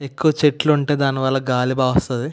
ఎక్కువ చెట్లు ఉంటే దాని వల్ల గాలి బాగా వస్తుంది